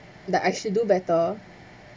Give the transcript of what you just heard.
that I should do better